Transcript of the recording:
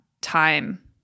time